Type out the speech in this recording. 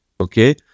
Okay